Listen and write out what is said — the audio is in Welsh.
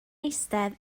eistedd